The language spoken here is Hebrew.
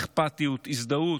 חסרת אכפתיות וחסרת הזדהות,